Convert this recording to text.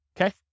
okay